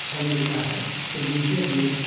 अच्छा मिलता है तो जिनसे हमें